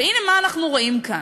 והנה, מה אנחנו רואים כאן?